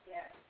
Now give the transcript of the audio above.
Yes